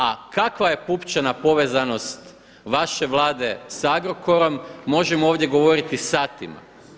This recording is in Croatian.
A kakva je pupčana povezanost vaše Vlade sa Agrokorom možemo ovdje govoriti satima.